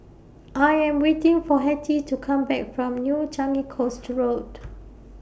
I Am waiting For Hetty to Come Back from New Changi Coast Road